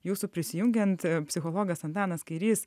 jūsų prisijungiant psichologas antanas kairys